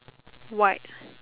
white